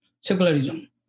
secularism